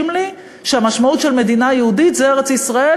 לי שהמשמעות של מדינה יהודית זה ארץ-ישראל,